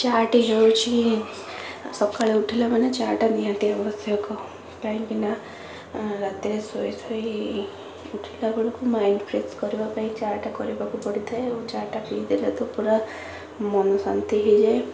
ଚା ଟି ହେଉଛି ସକାଳେ ଉଠିଲାବେଳେ ଚା ଟା ନିହାତି ଆବଶ୍ୟକ କାଇଁକି ନା ରାତିରେ ଶୋଇ ଶୋଇ ଉଠିଲା ବେଳକୁ ମାଇଣ୍ଡ ଫ୍ରେସ କରିବା ପାଇଁ ଚା ଟା କରିବାକୁ ପଡ଼ିଥାଏ ଆଉ ଚା ଟା ପି ଦେଲେ ତ ପୁରା ମନ ଶାନ୍ତି ହୋଇଯାଏ